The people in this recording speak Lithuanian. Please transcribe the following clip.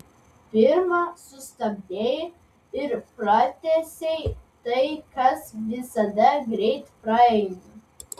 pirma sustabdei ir pratęsei tai kas visada greit praeina